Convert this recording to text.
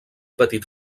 petit